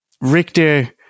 Richter